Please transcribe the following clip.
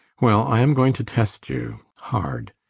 well, i am going to test you hard.